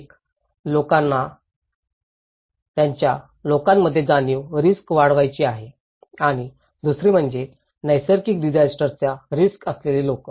एक त्यांना लोकांमध्ये जाणीव रिस्क वाढवायची आहे आणि दुसरी म्हणजे नैसर्गिक डिजास्टरंचा रिस्क असलेले लोक